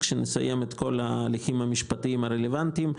כשנסיים את כל ההליכים המשפטיים הרלוונטיים,